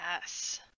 Yes